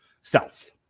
self